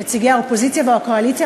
נציגי הקואליציה והאופוזיציה,